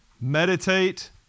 Meditate